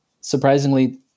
Surprisingly